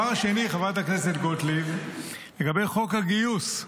הדבר השני, חברת הכנסת גוטליב, לגבי חוק הגיוס.